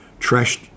trashed